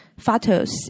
Fatos